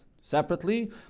separately